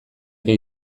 gay